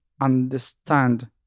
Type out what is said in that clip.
understand